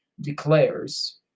declares